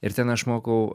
ir ten išmokau